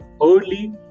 early